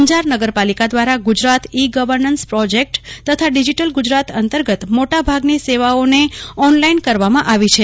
અંજાર નગરપાલિકા દ્વારા Gujarat e governance project તથા ડીજીટલ ગુજરાત અંતર્ગત મોટાભાગની સેવાઓને ઓનલાઈન કરવામાં આવી છે